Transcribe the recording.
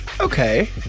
Okay